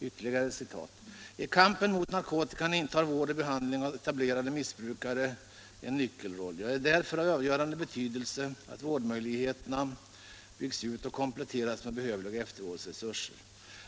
Ytterligare citat: ”I kampen mot narkotikan intar vård och behandling av etablerade missbrukare en nyckelroll. Det är därför av avgörande betydelse att vårdmöjligheterna byggs ut och kompletteras med behövliga eftervårdsresurser.